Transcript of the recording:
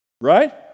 Right